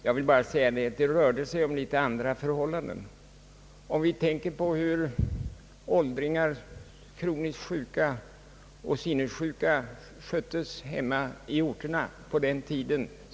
Jag vill bara säga att det då var litet andra förhållanden. Vi behöver bara tänka på hur åldringar, kroniskt sjuka och sinnessjuka sköttes hemma i orterna på den tiden.